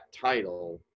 title